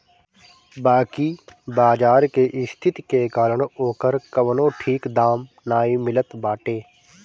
बाकी बाजार के स्थिति के कारण ओकर कवनो ठीक दाम नाइ मिलत बाटे